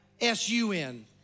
S-U-N